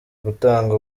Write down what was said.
gutanga